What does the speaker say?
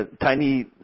tiny